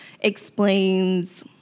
explains